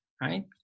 right